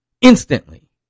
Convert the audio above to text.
instantly